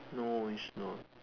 no it's not